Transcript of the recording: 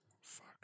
fuck